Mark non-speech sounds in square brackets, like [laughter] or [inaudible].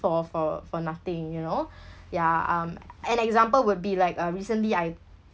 for for for nothing you know [breath] yeah um an example would be like uh recently I